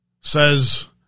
says